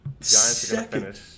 Second